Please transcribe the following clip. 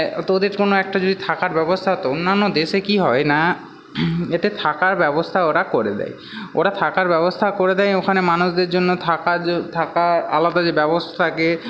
তো ওদের যদি কোনও একটা যদি থাকার ব্যবস্থা হতো অন্যান্য দেশে কি হয় না এতে থাকার ব্যবস্থা ওরা করে দেয় ওরা থাকার ব্যবস্থা করে দেয় ওখানে মানুষদের জন্য থাকার জ থাকার আলাদা যে ব্যবস্থা থাকে